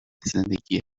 زندگی